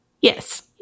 Yes